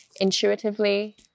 intuitively